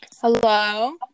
hello